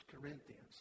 Corinthians